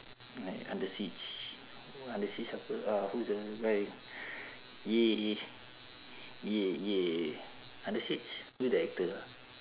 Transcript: like under siege under siege apa uh who's the guy yeah yeah yeah yeah under siege who the actor ah